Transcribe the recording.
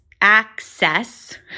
access